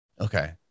Okay